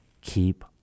keep